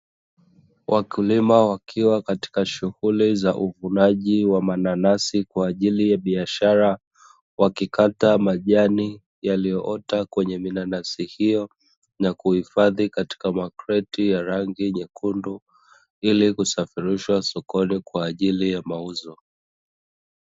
Wakulima wakiwa katika shughuli za uvunaji wa mananasi kwa ajili ya biashara, wakikata majani yaliyoota kwenye minanasi hiyo na kuhifadhi katika makreti ya rangi nyekundu, ili kusafirisha sokoni kwa ajili ya mauzo.